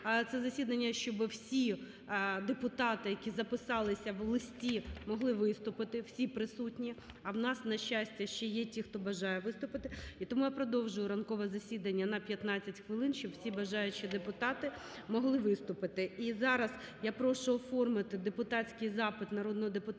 це засідання, щоб всі депутати, які записалися у листі, могли виступити, всі присутні. А у нас, на щастя, ще є ті, хто бажає виступити. І тому я продовжую ранкове засідання на 15 хвилин, щоб всі бажаючі депутати могли виступити. І зараз я прошу оформити депутатський запит народного депутата